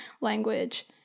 language